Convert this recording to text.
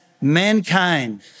mankind